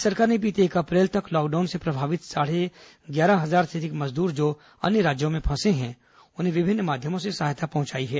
राज्य सरकार ने बीते एक अप्रैल तक लॉकडाउन से प्रभावित साढ़े ग्यार हजार से अधिक मजदूर जो अन्य राज्यों में फंसे हैं उन्हें विभिन्न माध्यमों से सहायता पहुंचाई गई है